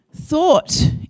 thought